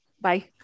Bye